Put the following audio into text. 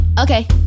Okay